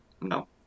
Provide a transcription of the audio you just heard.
No